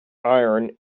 iron